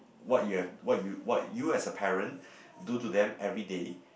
what you have what you what you as a parent do to them everyday